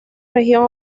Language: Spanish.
región